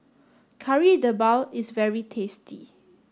Kari Debal is very tasty